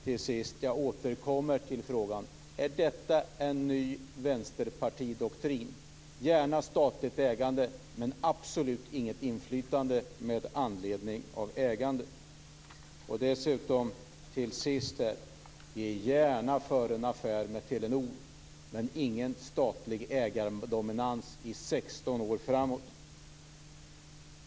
Till sist återkommer jag till frågan: Gärna statligt ägande men absolut inget inflytande, är det en ny vänsterpartidoktrin med anledning av ägandet? Dessutom: Vi är gärna för en affär med Telenor - men ingen statlig ägardominans i 16 år framåt.